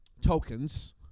tokens